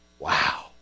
Wow